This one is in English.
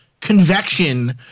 Convection